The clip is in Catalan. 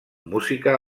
música